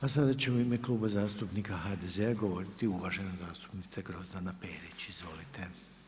A sada će u ime Kluba zastupnika HDZ-a govoriti uvažena zastupnica Grozdana Perić, izvolite.